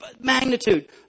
magnitude